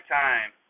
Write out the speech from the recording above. time